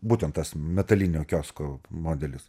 būtent tas metalinio kiosko modelis